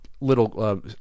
little